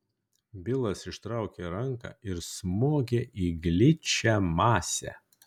bilas ištraukė ranką ir smogė į gličią masę